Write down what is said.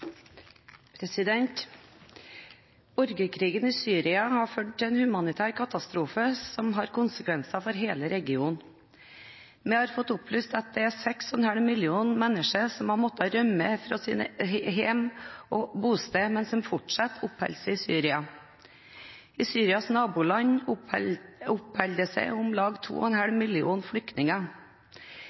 i Syria har ført til en humanitær katastrofe som har konsekvenser for hele regionen. Vi har fått opplyst at det er 6,5 millioner mennesker som har måttet rømme fra sine hjem og bosteder, men som fortsatt oppholder seg i Syria. I Syrias naboland oppholder det seg om lag 2,5 millioner flyktninger.